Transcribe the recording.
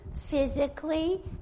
physically